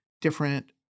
different